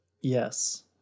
Yes